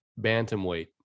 bantamweight